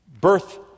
birth